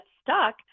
stuck